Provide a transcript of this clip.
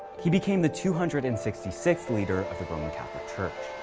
he became the two hundred and sixty sixth leader of the roman catholic church.